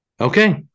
Okay